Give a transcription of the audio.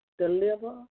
Deliver